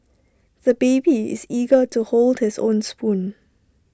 the baby is eager to hold his own spoon